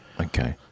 Okay